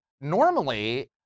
normally